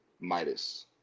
Midas